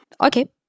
Okay